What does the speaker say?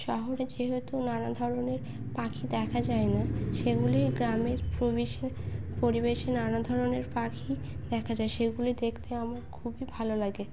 শহরে যেহেতু নানা ধরনের পাখি দেখা যায় না সেগুলি গ্রামের প্রবেশে পরিবেশে নানা ধরনের পাখি দেখা যায় সেগুলি দেখতে আমার খুবই ভালো লাগে